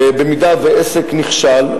אם עסק נכשל,